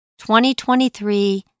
2023